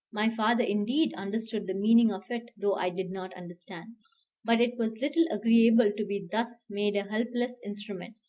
my father indeed understood the meaning of it though i did not understand but it was little agreeable to be thus made a helpless instrument,